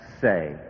say